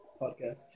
podcast